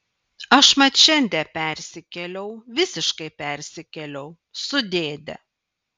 aš mat šiandie persikėliau visiškai persikėliau su dėde